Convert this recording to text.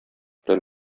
белән